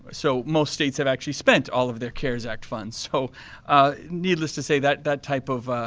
so most states have actually spent all of their cares act funds, so needless to say that that type of,